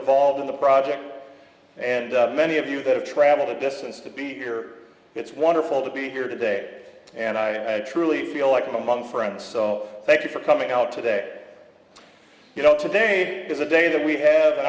involved in the project and many of you that have travel the distance to be here it's wonderful to be here today and i truly feel like i'm among friends so thank you for coming out today you know today is a day that we have an